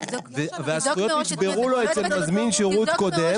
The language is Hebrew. אז תבדוק מראש --- והזכויות נצברו לו אצל מזמין שירות קודם.